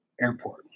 Airport